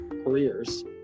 careers